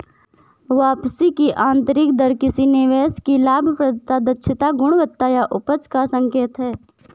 वापसी की आंतरिक दर किसी निवेश की लाभप्रदता, दक्षता, गुणवत्ता या उपज का संकेत है